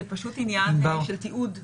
זה פשוט עניין של תיעוד.